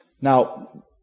Now